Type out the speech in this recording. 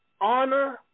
honor